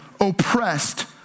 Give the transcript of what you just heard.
oppressed